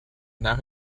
now